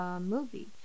movie